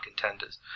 contenders